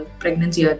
pregnancy